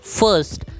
first